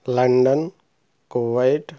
London Kuwait